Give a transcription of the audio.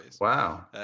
Wow